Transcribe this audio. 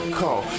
call